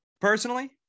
Personally